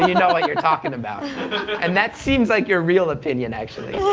you know what you're talking about, and that seems like your real opinion, actually.